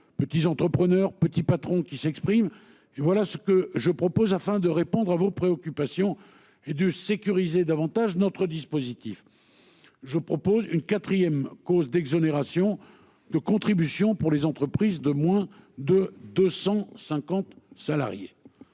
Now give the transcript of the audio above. petits entrepreneurs, petits patrons qui s'exprime et voilà ce que je propose, afin de répondre à vos préoccupations et de sécuriser davantage notre dispositif. Je propose une 4ème cause d'exonération de contribution pour les entreprises de moins de 250 salariés.